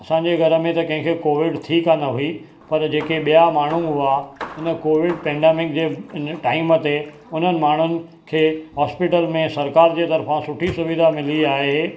असांजे घरु में त कंहिंखे कोविड थी कोन्ह हुई पर जेके ॿिया माण्हूं हुआ हिन कोविड पैंडामिक जे इन टाइम ते हुननि माण्हुनि खे होस्पिटल में सरकार जे तरफ़ां सुठी सुविधा मिली आहे